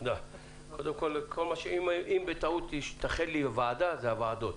אם בטעות אומר הוועדה, הכוונה היא לוועדות.